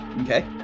Okay